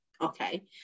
okay